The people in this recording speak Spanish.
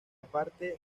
parte